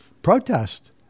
protest